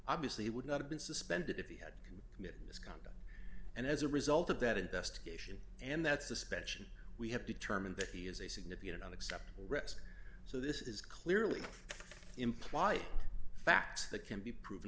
obviously he would not have been suspended if he had and as a result of that investigation and that suspension we have determined that he is a significant on acceptable risk so this is clearly implying facts that can be proven